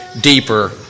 deeper